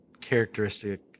characteristic